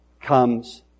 comes